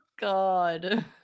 God